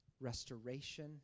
restoration